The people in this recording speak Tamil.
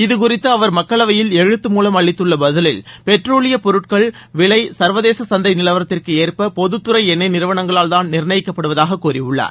இதுகுறித்து அவர் மக்களவையில் எழுத்து மூலம் அளித்துள்ள பதிலில் பெட்ரோலியப் பொருட்களின் விலை சர்வதேச சந்தை நிலவரத்திற்கு ஏற்ப பொதுத்துறை எண்ணெய் நிறுவனங்களால்தான் நிர்ணயிக்கப்படுவதாக கூறியுள்ளார்